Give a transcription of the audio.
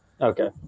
Okay